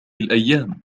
الأيام